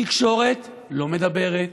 התקשורת לא מדברת,